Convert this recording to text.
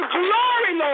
glory